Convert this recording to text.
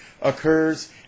occurs